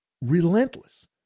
relentless